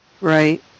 Right